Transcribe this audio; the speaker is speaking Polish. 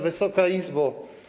Wysoka Izbo!